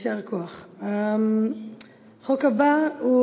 שמונה בעד, אין מתנגדים.